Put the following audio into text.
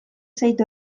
zait